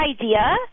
idea